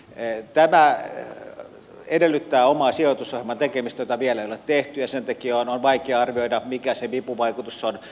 tämä edellyttää omaa sijoitusohjelmaa jota vielä ei ole tehty ja sen takia on vaikea arvioida mikä se vipuvaikutus on